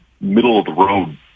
middle-of-the-road